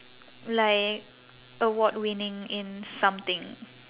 like award-winning in something